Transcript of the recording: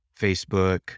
Facebook